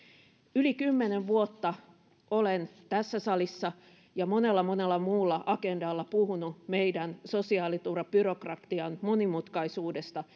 yli kymmenen vuotta olen tässä salissa ja monella monella muulla agendalla puhunut meidän sosiaaliturvabyrokratian monimutkaisuudesta